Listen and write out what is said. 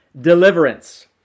deliverance